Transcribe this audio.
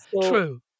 true